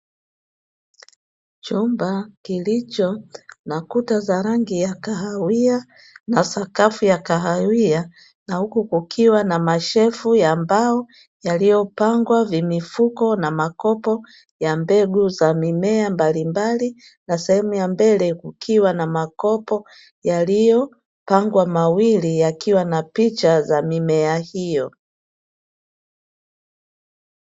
Chumba kilicho na kuta za rangi ya kahawia na sakafu ya kahawia na huku kukiwa na mashelfu ya mbao yaliyopangwa vimifuko na makopo ya mbegu za mimea mbalimbali na sehemu ya mbele kukiwa na makopo yaliyopangwa mawili yakiwa na picha za mimea hiyo.